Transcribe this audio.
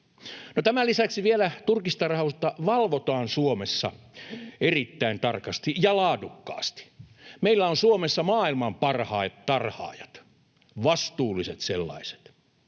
tämän lisäksi vielä turkistarhausta valvotaan Suomessa erittäin tarkasti ja laadukkaasti. Meillä on Suomessa maailman parhaat tarhaajat, vastuulliset sellaiset.